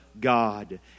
God